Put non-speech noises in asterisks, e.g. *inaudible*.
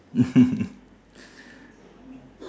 *laughs*